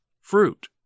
Fruit